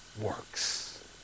works